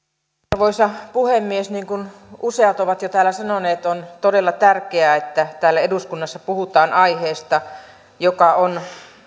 arvoisa puhemies niin kuin useat ovat jo täällä sanoneet on todella tärkeää että täällä eduskunnassa puhutaan aiheesta joka on